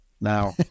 Now